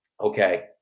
okay